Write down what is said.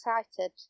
excited